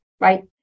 right